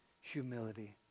humility